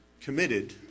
committed